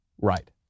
Right